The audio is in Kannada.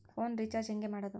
ಫೋನ್ ರಿಚಾರ್ಜ್ ಹೆಂಗೆ ಮಾಡೋದು?